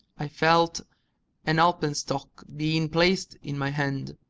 i felt an alpenstock being placed in my hand,